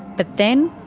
but then.